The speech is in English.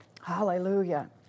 hallelujah